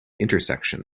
intersection